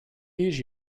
these